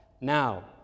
now